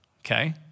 Okay